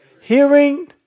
Hearing